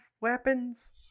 weapons